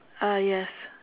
uh yes